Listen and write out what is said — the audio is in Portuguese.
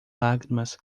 lágrimas